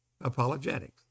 apologetics